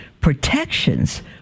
protections